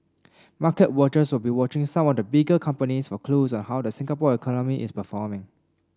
market watchers will be watching some of the bigger companies for clues on how the Singapore economy is performing